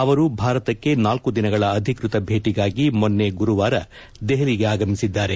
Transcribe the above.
ಅವರು ಭಾರತಕ್ಕೆ ನಾಲ್ಲು ದಿನಗಳ ಅಧಿಕೃತ ಭೇಟಗಾಗಿ ಮೊನ್ನೆ ಗುರುವಾರ ದೆಹಲಿಗೆ ಆಗಮಿಸಿದ್ದಾರೆ